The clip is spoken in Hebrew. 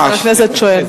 וחבר כנסת שואל.